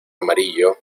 amarillo